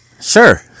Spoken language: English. Sure